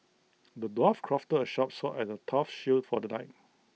the dwarf crafted A sharp sword and A tough shield for the knight